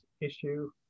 issue